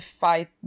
fight